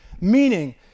Meaning